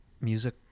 music